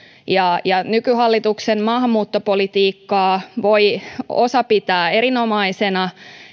nykyhallituksen maahanmuuttopolitiikkaa voi osa pitää erinomaisena